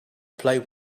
play